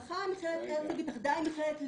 הלכה מכללת הרצוג והתאחדה עם מכללת ליפשיץ.